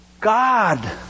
God